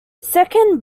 second